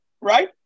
right